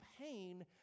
pain